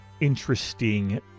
interesting